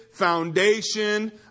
foundation